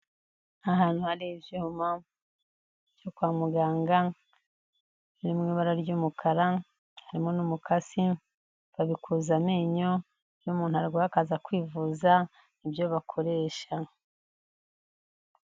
Ahantu hari ibyuma byo kwa muganga biri mu ibara ry'umukara, harimo n'umukasi babikuza amenyo iyo umuntu arwaye akaza kwivuza ibyo bakoresha.